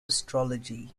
astrology